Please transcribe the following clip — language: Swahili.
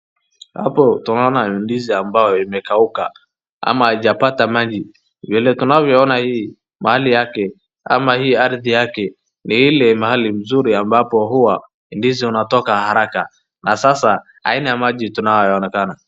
Hapo tunaona ndizi ambayo imekauka ama haijapata maji. Vile tunavyoona hii mahali yake ama hii ardhi yake ni ile mahali mzuri ambapo huwa ndizi inatoka haraka na sasa haina maji tunayoonekana.